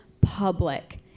public